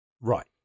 Right